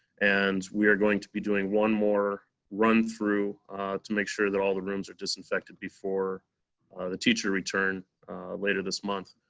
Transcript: and we are going to be doing one more run through to make sure that all the rooms are disinfected before the teacher return later this month.